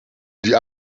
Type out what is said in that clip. die